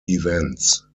events